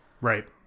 Right